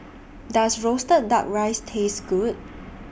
Does Roasted Duck Rice Taste Good